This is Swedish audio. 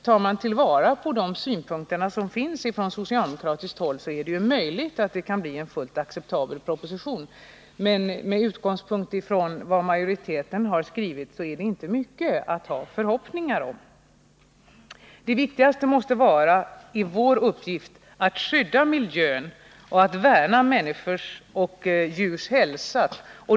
Tar man vara på de synpunkter som finns från socialdemokratiskt håll är det ju möjligt att det kan bli en fullt acceptabel proposition, men med utgångspunkt i vad majoriteten skrivit är det inte mycket att hoppas på. 51 Det viktigaste i vår uppgift måste vara att skydda miljön och att värna människors och djurs hälsa.